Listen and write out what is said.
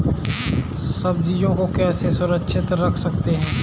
सब्जियों को कैसे सुरक्षित रख सकते हैं?